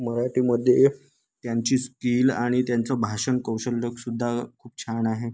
मराठीमध्ये त्यांची स्किल आणि त्यांचं भाषण कौशल्यसुद्धा खूप छान आहे